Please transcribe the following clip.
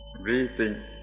Breathing